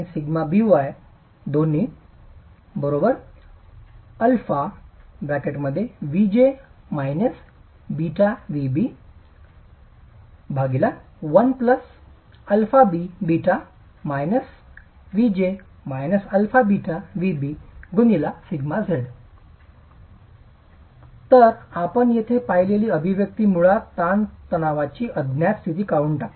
bxbyvj βvb1αβ1 vj αβvb2 तर आपण येथे पाहिलेली अभिव्यक्ती मुळात तणावाची अज्ञात स्थिती काढून टाकते